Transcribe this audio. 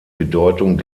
bedeutung